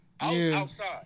Outside